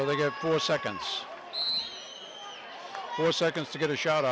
they get four seconds or seconds to get a shot